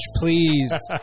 Please